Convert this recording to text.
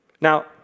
Now